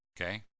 okay